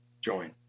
join